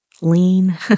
lean